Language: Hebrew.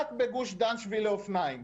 רק בגוש דן שבילי אופניים.